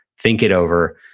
think it over.